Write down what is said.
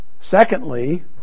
Secondly